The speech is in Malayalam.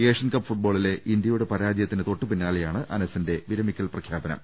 ഏഷ്യൻ കപ്പ് ഫുട്ബോളിലെ ഇന്ത്യയുടെ പരാജയത്തിന് തൊട്ടുപിന്നാലെയാണ് അനസിന്റെ വിരമിക്കൽ പ്രഖ്യാപനം